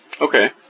Okay